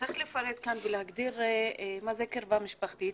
צריך לפרט כאן ולהגדיר מה זה קרבה משפחתית